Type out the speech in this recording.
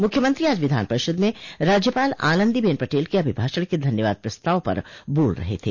मुख्यमंत्री आज विधान परिषद में राज्यपाल आनन्दीबेन पटेल के अभिभाषण के धन्यवाद प्रस्ताव पर बोल रहे थे